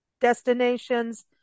destinations